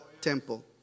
temple